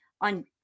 on